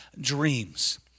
dreams